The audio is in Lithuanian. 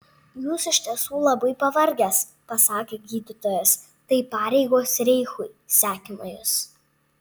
jūs iš tiesų labai pavargęs pasakė gydytojas tai pareigos reichui sekina jus